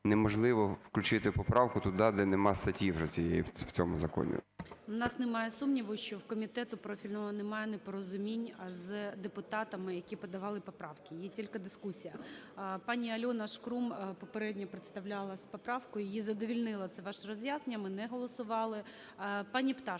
неможливо включити поправку туди, де нема статті вже цієї в цьому законі.